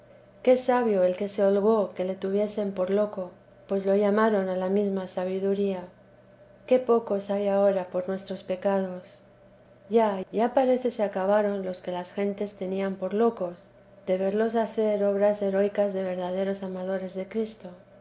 qué sabio el que se holgó que le tuviesen por loco pú llamaron a la mesma sabiduría qué pocos hay al por nuestros pecados ya ya parece se acabaron los que las gentes tenían por locos de verlos hacer obras heroicas de verdaderos amadores de cristo